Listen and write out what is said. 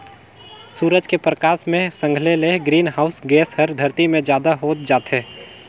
सूरज के परकास मे संघले ले ग्रीन हाऊस गेस हर धरती मे जादा होत जाथे